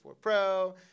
Pro